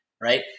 right